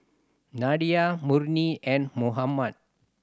Nadia Murni and Muhammad